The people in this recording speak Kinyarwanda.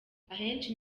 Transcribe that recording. ahenshi